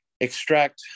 extract